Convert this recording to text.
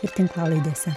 ir tinklalaidėse